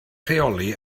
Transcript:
rheoli